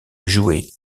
jouer